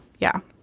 yeah,